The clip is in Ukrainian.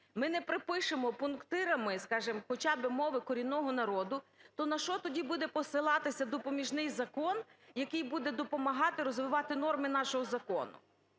ми не пропишемо пунктирами, скажімо, хоча би мови корінного народу, то на що тоді буде посилатися допоміжний закон, який буде допомагати розвивати норми нашого закону?